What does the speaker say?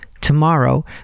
tomorrow